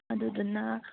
ꯑꯗꯨꯗꯨꯅ